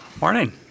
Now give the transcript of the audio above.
Morning